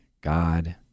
God